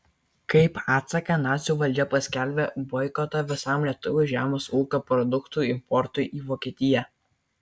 kaip atsaką nacių valdžia paskelbė boikotą visam lietuvių žemės ūkio produktų importui į vokietiją